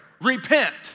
repent